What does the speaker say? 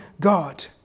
God